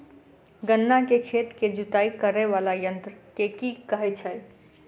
गन्ना केँ खेत केँ जुताई करै वला यंत्र केँ की कहय छै?